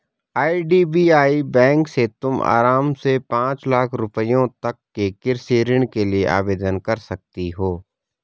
IDBI bank से तुम आराम से पाँच लाख रुपयों तक के कृषि ऋण के लिए आवेदन कर सकती हो